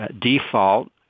default